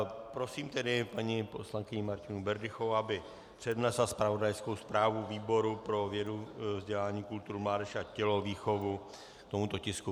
Prosím tedy paní poslankyni Martinu Berdychovou, aby přednesla zpravodajskou zprávu výboru pro vědu, vzdělání, kulturu, mládež a tělovýchovu k tomuto tisku.